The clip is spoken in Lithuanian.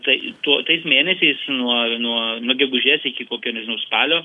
tai tuo tais mėnesiais nuo nuo gegužės iki kokio nežinau spalio